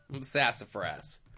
Sassafras